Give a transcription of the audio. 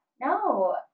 no